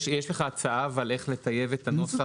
יש לך הצעה איך לטייב את הנוסח?